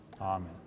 amen